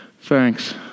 Thanks